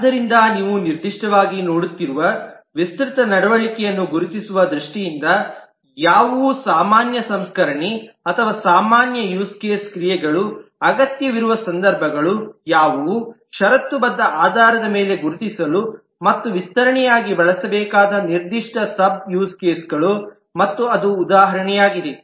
ಆದ್ದರಿಂದ ನೀವು ನಿರ್ದಿಷ್ಟವಾಗಿ ನೋಡುತ್ತಿರುವ ವಿಸ್ತೃತ ನಡವಳಿಕೆಯನ್ನು ಗುರುತಿಸುವ ದೃಷ್ಟಿಯಿಂದ ಯಾವುವು ಸಾಮಾನ್ಯ ಸಂಸ್ಕರಣೆ ಅಥವಾ ಸಾಮಾನ್ಯ ಯೂಸ್ ಕೇಸ್ ಕ್ರಿಯೆಗಳು ಅಗತ್ಯವಿರುವ ಸಂದರ್ಭಗಳು ಯಾವುವು ಷರತ್ತುಬದ್ಧ ಆಧಾರದ ಮೇಲೆ ಗುರುತಿಸಲು ಮತ್ತು ವಿಸ್ತರಣೆಯಾಗಿ ಬಳಸಬೇಕಾದ ನಿರ್ದಿಷ್ಟ ಸಬ್ ಯೂಸ್ ಕೇಸ್ಗಳು ಮತ್ತು ಅದು ಉದಾಹರಣೆಯಾಗಿದೆ